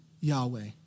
Yahweh